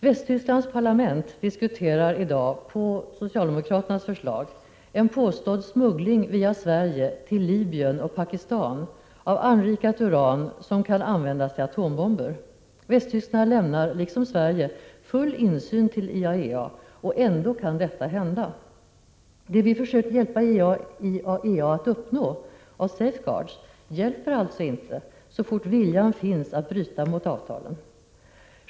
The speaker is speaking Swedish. Västtysklands parlament diskuterar i dag, på socialdemokraternas förslag, en påstådd smuggling via Sverige till Libyen och Pakistan av anrikat uran som kan användas till atombomber. Västtyskland lämnar liksom Sverige full insyn för IAEA. Ändå kan detta hända. Det vi försöker hjälpa IAEA att uppnå med safeguards hjälper alltså inte så fort viljan finns att bryta mot avtalen.